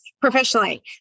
professionally